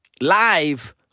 live